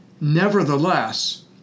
Nevertheless